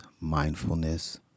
mindfulness